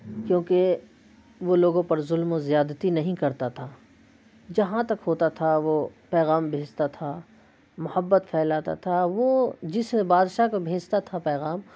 کیونکہ وہ لوگوں پر ظلم و زیادتی نہیں کرتا تھا جہاں تک ہوتا تھا وہ پیغام بھیجتا تھا محبت پھیلاتا تھا وہ جس بادشاہ کو بھیجتا تھا پیغام